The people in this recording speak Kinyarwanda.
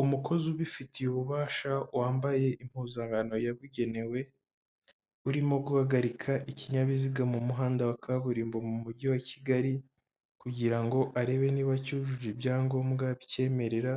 Umukozi ubifitiye ububasha wambaye impuzankano y'abugenewe urimo guhagarika ikinyabiziga mu muhanda wa kaburimbo mu mujyi wa Kigali, kugira ngo arebe niba cyujuje ibyangombwa bicyemerera